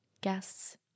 guests